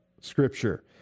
Scripture